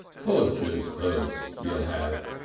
podger's hearse you'll have,